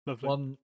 One